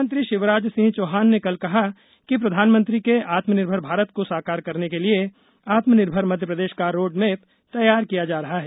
मुख्यमंत्री शिवराज सिंह चौहान ने कल कहा कि प्रधानमंत्री के आत्मनिर्भर भारत को साकार करने के लिए आत्मनिर्भर मध्यप्रदेश का रोडमैप तैयार किया जा रहा है